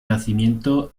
nacimiento